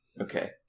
Okay